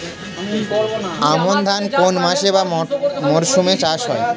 আমন ধান কোন মাসে বা মরশুমে চাষ হয়?